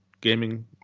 gaming